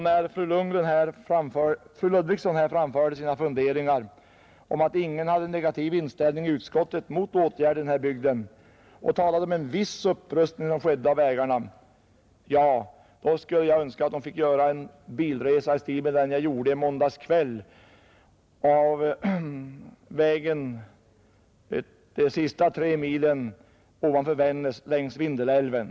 När fru Ludvigsson här framförde sina funderingar om att ingen i utskottet hade någon negativ inställning mot åtgärder i den bygden och talade om att en viss upprustning skett av vägarna, önskade jag att fru Ludvigsson skulle få göra en bilresa i stil med den jag gjorde i måndags kväll de sista tre milen på vägen ovanför Vännäs längs Vindelälven.